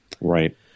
Right